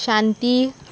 शांती